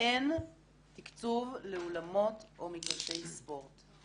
אין תקצוב לאולמות או מגרשי ספורט.